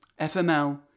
FML